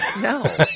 No